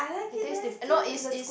it taste diff~ no is is